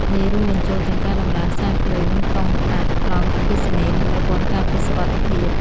នេះរួមបញ្ចូលទាំងការតំឡើងខ្សែភ្លើង កុងតាក់ ប្លង់អគ្គិសនី និងប្រព័ន្ធការពារសុវត្ថិភាព។